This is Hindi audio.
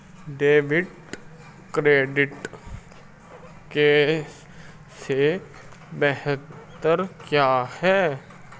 डेबिट कार्ड कैश से बेहतर क्यों है?